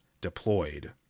deployed